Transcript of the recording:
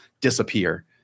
disappear